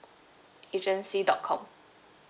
agency dot com